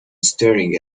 staring